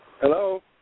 Hello